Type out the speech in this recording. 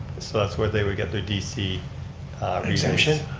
so that's where they would get their dc exemption?